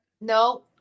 No